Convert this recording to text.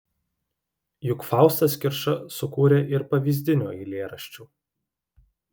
juk faustas kirša sukūrė ir pavyzdinių eilėraščių